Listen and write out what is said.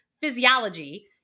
physiology